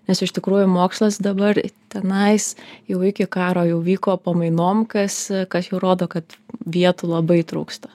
nes iš tikrųjų mokslas dabar tenais jau iki karo jau vyko pamainom kas kad jau rodo kad vietų labai trūksta